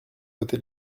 côté